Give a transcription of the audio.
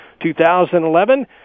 2011